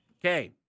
Okay